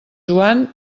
joan